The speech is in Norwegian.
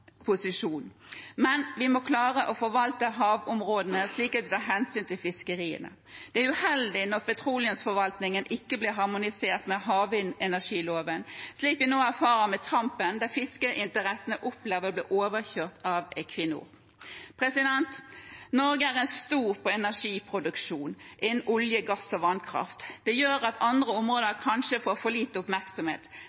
Men vi må klare å forvalte havområdene slik at vi tar hensyn til fiskeriene. Det er uheldig når petroleumsforvaltningen ikke blir harmonisert med havvindenergiloven, slik vi nå erfarer med Tampen, der fiskeinteressene opplever å bli overkjørt av Equinor. Norge er stor på energiproduksjon innen olje, gass og vannkraft. Det gjør at andre områder